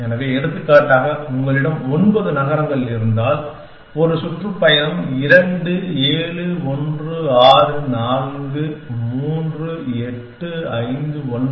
எனவே எடுத்துக்காட்டாக உங்களிடம் ஒன்பது நகரங்கள் இருந்தால் ஒரு சுற்றுப்பயணம் 2 7 1 6 4 3 8 5 9